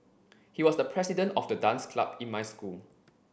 he was the president of the dance club in my school